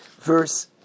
verse